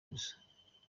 gusa